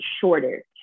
shorter